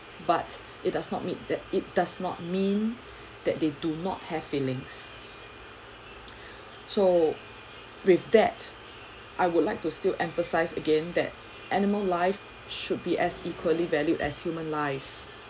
but it does not mean that it does not mean that they do not have feelings so with that I would like to still emphasize again that animal lives should be as equally valued as human lives